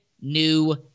New